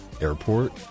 Airport